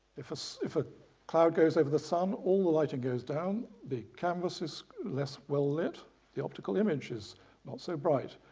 if so if a cloud goes over the sun, all the lighting goes down, the canvas is less well-lit the optical image is not so bright,